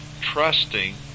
trusting